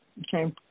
okay